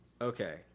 Okay